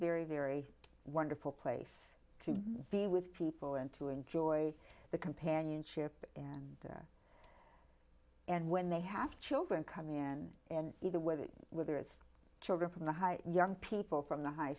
very wonderful place to be with people and to enjoy the companionship and and when they have children coming in and either whether whether it's children from the high young people from the high